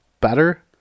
better